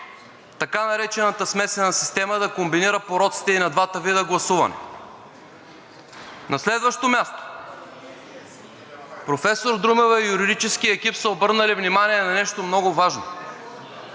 така наречената смесена система да комбинира пороците и на двата вида гласуване. На следващо място, професор Друмева и юридическият ѝ екип са обърнали внимание на нещо много важно,